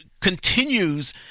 continues